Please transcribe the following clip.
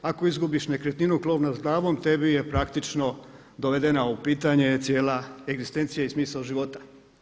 Ako izgubiš nekretninu, krov nad glavom tebi je praktično dovedena u pitanje cijela egzistencija i smisao života.